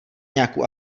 nějakou